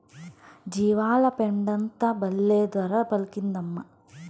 జీవాల పెండంతా బల్లే ధర పలికిందమ్మా